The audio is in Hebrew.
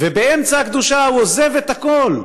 ובאמצע הקדושה הוא עוזב את הכול,